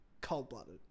cold-blooded